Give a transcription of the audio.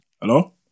Hello